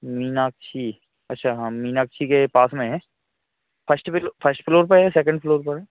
मीनाक्षी अच्छा हाँ मीनाक्षी के पास में है फर्स्ट बिल फर्स्ट फ्लोर पर है या सेकन्ड फ्लोर पर है